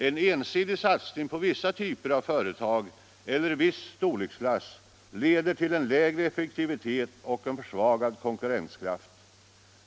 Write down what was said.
En ensidig satsning på vissa typer av företag eller en viss storleksklass leder till en lägre effektivitet och en försvagad konkurrenskraft.